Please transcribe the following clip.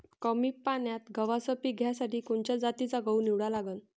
कमी पान्यात गव्हाचं पीक घ्यासाठी कोनच्या जातीचा गहू निवडा लागन?